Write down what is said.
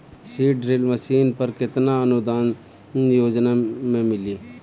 Seed drill machine पर केतना अनुदान योजना में मिली?